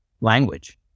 language